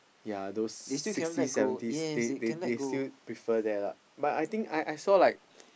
yea those sixty seventies they they they still prefer there lah but I think I I saw like